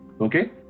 Okay